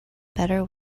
better